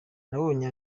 nabonye